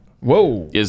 Whoa